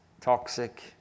toxic